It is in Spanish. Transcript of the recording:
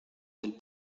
del